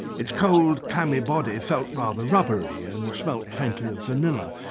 its cold clammy body felt rather rubbery and smelled faintly of vanilla,